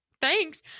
thanks